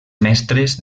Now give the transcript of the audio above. mestres